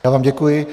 Já vám děkuji.